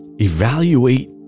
evaluate